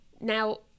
Now